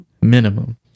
minimum